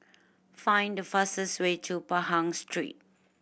find the fastest way to Pahang Street